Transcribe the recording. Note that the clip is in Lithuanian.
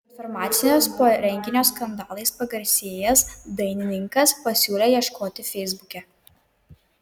informacijos po renginio skandalais pagarsėjęs dainininkas pasiūlė ieškoti feisbuke